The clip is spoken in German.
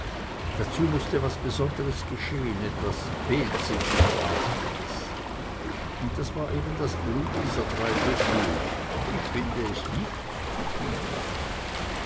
dazu mußte was besonderes geschehn etwas beelzebubartiges und das war eben das blut dieser drei büffel ich find es nicht zuviel